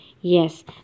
yes